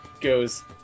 goes